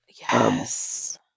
Yes